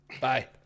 bye